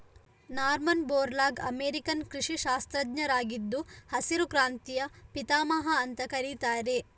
Norman Borlaug American ಕೃಷಿ ಶಾಸ್ತ್ರಜ್ಞರಾಗಿದ್ದು ಹಸಿರು ಕ್ರಾಂತಿಯ ಪಿತಾಮಹ ಅಂತ ಕರೀತಾರೆ